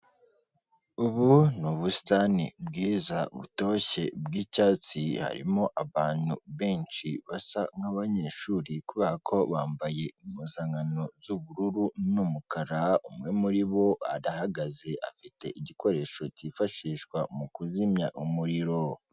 Ubu nu ubusitani bwiza butoshye bw'icyatsi. Harimo abantu benshi basa nk'abanyeshuri kubera ko bambaye impuzankano z'ubururu n'umukara, umwe muri bo arahagaze, afite igikoresho cyifashishwa mu kuzimya umuriro.